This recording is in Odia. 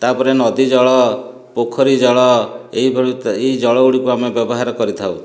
ତାପରେ ନଦୀ ଜଳ ପୋଖରୀ ଜଳ ଏହିଭଳି ଏଇ ଜଳ ଗୁଡ଼ିକୁ ଆମେ ବ୍ୟବହାର କରିଥାଉ